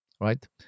right